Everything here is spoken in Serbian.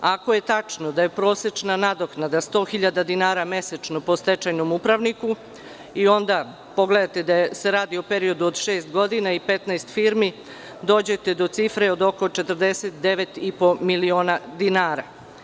Ako je tačno da je prosečna nadoknada 100.000 dinara mesečno po stečajnom upravniku i onda pogledate da se radi o periodu od šest godina i 15 firmi, dođete do cifre od oko 49,5 miliona dinara.